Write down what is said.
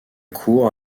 cour